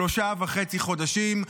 שלושה וחצי חודשים,